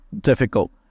difficult